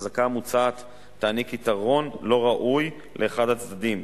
החזקה המוצעת תעניק יתרון לא ראוי לאחד הצדדים,